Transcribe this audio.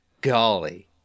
golly